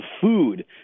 food